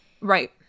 Right